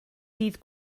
dydd